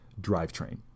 drivetrain